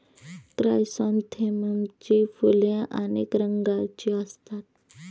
क्रायसॅन्थेममची फुले अनेक रंगांची असतात